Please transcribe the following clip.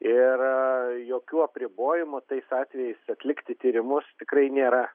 ir jokių apribojimų tais atvejais atlikti tyrimus tikrai nėra